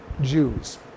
Jews